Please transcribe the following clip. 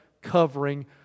covering